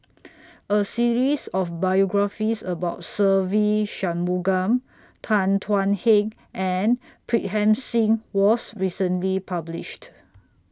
A series of biographies about Se Ve Shanmugam Tan Thuan Heng and Pritam Singh was recently published